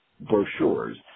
brochures